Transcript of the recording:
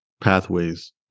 pathways